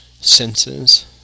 senses